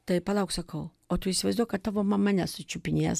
tai palauk sakau o tu įsivaizduok kad tavo mama nesučiupinės